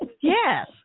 Yes